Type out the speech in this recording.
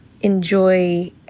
enjoy